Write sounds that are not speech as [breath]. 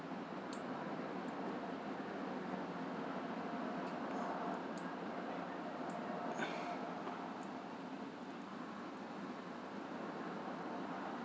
[breath]